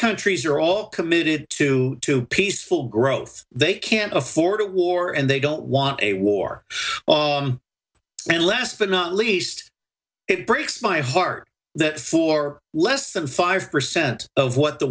countries are all committed to to peaceful growth they can't afford a war and they don't want a war and last but not least it breaks my heart that for less than five percent of what the